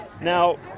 Now